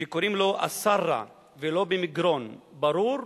שקוראים לו אלסרה, ולא במגרון, ברור?